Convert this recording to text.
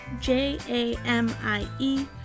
J-A-M-I-E